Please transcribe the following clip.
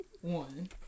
One